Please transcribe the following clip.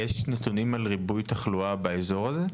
יש נתונים על ריבוי תחלואה באזור הזה?